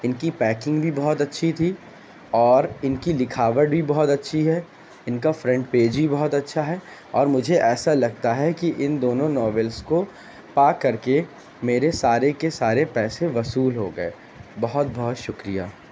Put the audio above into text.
ان کی پیکنگ بھی بہت اچھی تھی اور ان کی لکھاوٹ بھی بہت اچھی ہے ان کا فرنٹ پیج بھی بہت اچھا ہے اور مجھے ایسا لگتا ہے کہ ان دونوں ناولس کو پا کر کے میرے سارے کے سارے پیسے وصول ہوگیے بہت بہت شکریہ